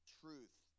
truth